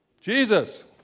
Jesus